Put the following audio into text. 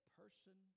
person